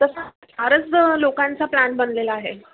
तसं चारच लोकांचा प्लॅन बनलेला आहे